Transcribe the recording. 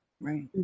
Right